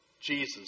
Jesus